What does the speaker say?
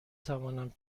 توانم